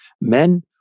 men